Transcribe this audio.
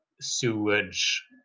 sewage